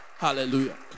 Hallelujah